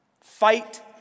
Fight